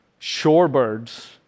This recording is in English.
shorebirds